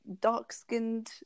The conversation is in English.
dark-skinned